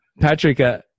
Patrick